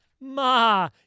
Ma